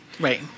Right